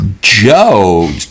Joe